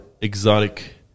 exotic